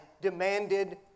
demanded